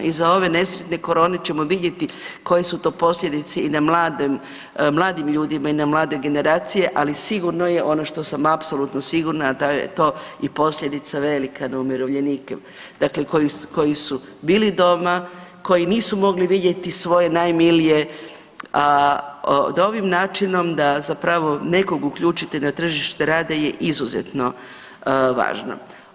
Iza ove nesretne korone ćemo vidjeti koje su to posljedice i na mladim ljudima i na mlade generacije, ali sigurno je, ono što sam apsolutno sigurna, a da je to i posljedica velika na umirovljenike dakle koji su bili doma, koji nisu mogli vidjeti svoje najmilije, a ovim načinom da zapravo nekog uključite na tržište rada je izuzetno važno.